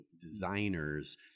designers